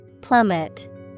Plummet